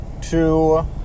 two